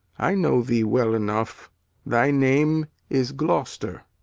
i know thee well enough thy name is gloucester.